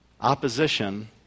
Opposition